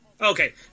Okay